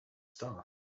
star